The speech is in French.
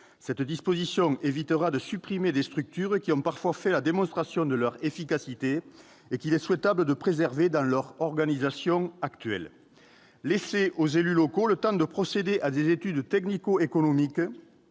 Cette disposition évitera de supprimer des structures qui ont parfois fait la démonstration de leur efficacité et qu'il est souhaitable de préserver dans leur organisation actuelle. Ensuite, laisser aux élus locaux le temps de procéder à des études technico-économiques